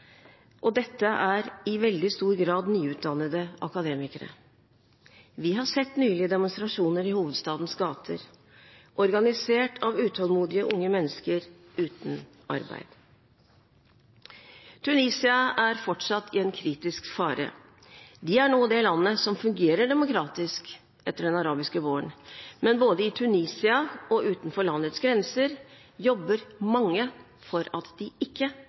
og dette er i veldig stor grad nyutdannede akademikere. Vi har nylig sett demonstrasjoner i hovedstadens gater – organisert av utålmodige unge mennesker uten arbeid. Tunisia er fortsatt i en kritisk fase. De er nå det landet som fungerer demokratisk etter den arabiske våren, men både i Tunisia og utenfor landets grenser jobber mange for at de ikke